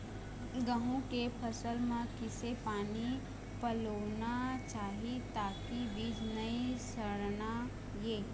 गेहूं के फसल म किसे पानी पलोना चाही ताकि बीज नई सड़ना ये?